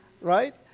Right